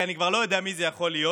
כי אני כבר לא יודע מי זה יכול להיות.